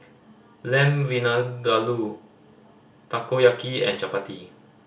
Lamb Vindaloo Takoyaki and Chapati